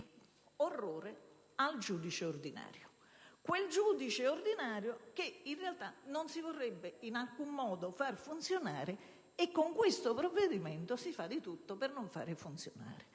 e - orrore! - il giudice ordinario, quel giudice ordinario che in realtà non si vorrebbe in alcun modo farlo funzionare e con questo provvedimento si fa di tutto per non farlo funzionare.